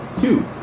Two